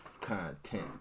content